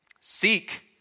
Seek